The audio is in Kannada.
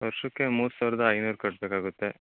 ವರ್ಷಕ್ಕೆ ಮೂರು ಸಾವಿರದ ಐನೂರು ಕಟ್ಬೇಕು ಆಗುತ್ತೆ